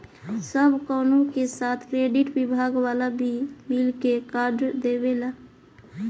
सब कवनो के साथ क्रेडिट विभाग वाला भी मिल के कार्ड देवेला